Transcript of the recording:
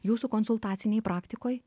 jūsų konsultacinėj praktikoj